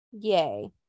yay